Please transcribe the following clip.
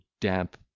damp